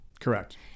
Correct